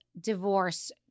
divorce